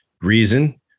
reason